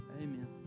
Amen